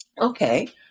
Okay